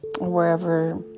Wherever